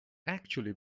actually